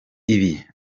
ibi